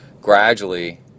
gradually